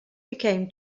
became